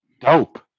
dope